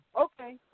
Okay